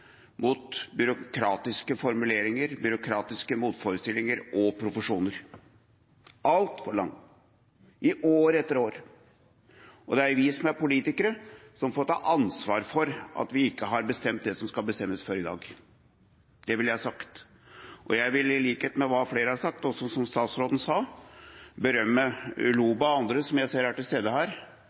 mot byråkratiske formuleringer, byråkratiske motforestillinger og profesjoner – altfor lang, i år etter år. Det er vi som er politikere, som får ta ansvar for at vi ikke har bestemt det som skal bestemmes, før i dag. Det vil jeg ha sagt. Jeg vil, i likhet med det flere, også statsråden, berømme Uloba og andre, som jeg ser er til stede her,